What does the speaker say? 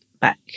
back